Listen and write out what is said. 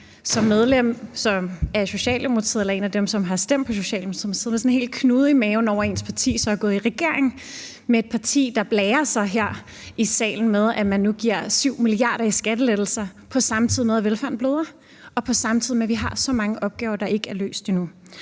som medlem af Socialdemokratiet eller som en af dem, som har stemt på Socialdemokratiet, sidder med sådan en hel knude i maven over, at ens parti så er gået i regering med et parti, der her i salen blærer sig med, at man nu giver 7 mia. kr. i skattelettelser, samtidig med at velfærden bløder, og samtidig med at vi har så mange opgaver, der ikke er løst endnu.